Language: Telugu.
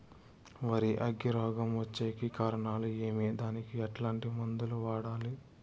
వరి అగ్గి రోగం వచ్చేకి కారణాలు ఏమి దానికి ఎట్లాంటి మందులు వాడాలి?